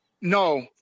No